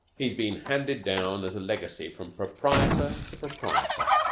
he's been handed down as a legacy from proprietor to proprietor,